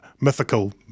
mythical